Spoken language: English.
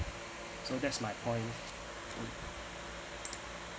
so that's my point